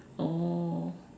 oh